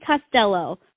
Costello